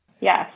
Yes